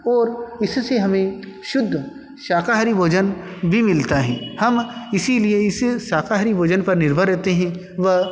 और इससे हमें शुद्ध शाकाहारी भोजन भी मिलता है हम इसीलिए इस शाकाहारी भोजन पर निर्भर रहते हैं व